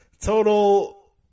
Total